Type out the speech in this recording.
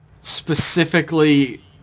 specifically